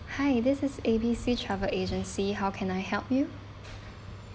hi this is A_B_C travel agency how can I help you